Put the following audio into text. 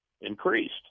increased